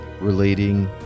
relating